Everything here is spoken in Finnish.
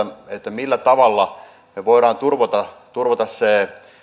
millä tavalla me voimme turvata turvata sen